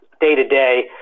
day-to-day